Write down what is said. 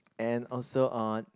and also uh